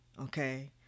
okay